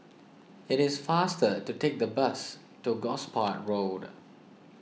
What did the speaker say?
it is faster to take the bus to Gosport Road